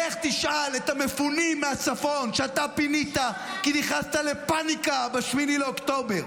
לך תשאל את המפונים מהצפון שאתה פינית כי נכנסת לפניקה ב-8 באוקטובר.